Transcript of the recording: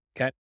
Okay